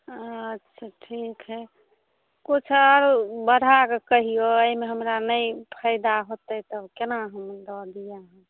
अच्छा ठीक हइ किछु आओर बढ़ाकऽ कहिऔ एहिमे हमरा नहि फाइदा हेतै तऽ कोना हम दऽ दिअऽ